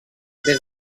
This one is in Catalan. des